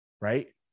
right